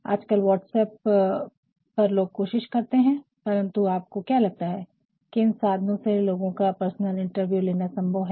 आजकल व्हाट्सप्प पर लोग कोशिश करते है परन्तु आपको क्या लगता है कि इन साधनों से लोगो का पर्सनल इंटरव्यू लेना संभव है